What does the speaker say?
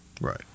Right